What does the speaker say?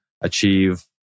achieve